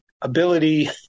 ability